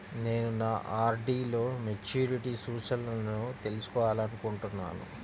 నేను నా ఆర్.డీ లో మెచ్యూరిటీ సూచనలను తెలుసుకోవాలనుకుంటున్నాను